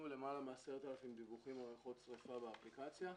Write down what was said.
מעל 10,000 דיווחים על ריחות שריפה באפליקציה.